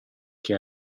che